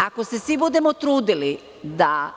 Ako se svi budemo trudili da